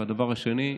והדבר השני,